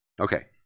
Okay